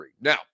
Now